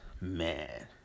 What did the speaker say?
Man